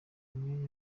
amwe